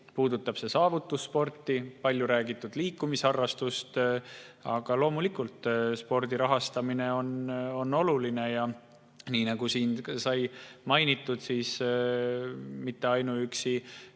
puudutagu see saavutussporti või palju räägitud liikumisharrastust. Loomulikult on spordi rahastamine oluline, ja nii nagu siin sai mainitud, mitte ainuüksi